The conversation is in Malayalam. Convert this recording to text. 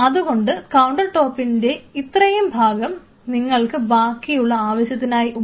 അതുകൊണ്ട് കൌണ്ടർ ടോപ്പിന്റെ ഇത്രയും ഭാഗം നിങ്ങൾക്ക് ബാക്കിയുള്ള ആവശ്യത്തിനായി ഉണ്ട്